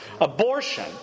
abortion